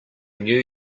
knew